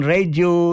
Radio